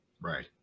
Right